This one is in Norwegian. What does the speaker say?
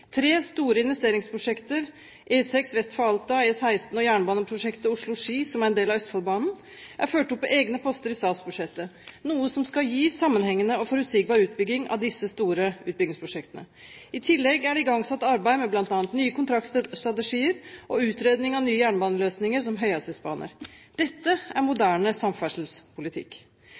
Tre store investeringsprosjekter – E6 vest for Alta, E16 og jernbaneprosjektet Oslo–Ski, som er en del av Østfoldbanen, er ført opp på egne poster i statsbudsjettet, noe som skal gi sammenhengende og forutsigbar utbygging av disse store utbyggingsprosjektene. I tillegg er det igangsatt arbeid med bl.a. nye kontraktsstrategier og utredning av nye jernbaneløsninger som høyhastighetsbane. Dette er moderne samferdselspolitikk.